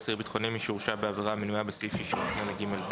"אסיר ביטחוני" מי שהורשע בעבירה המנויה בסעיף 68ג(ב).